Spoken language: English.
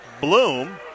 Bloom